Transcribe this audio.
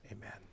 amen